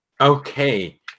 Okay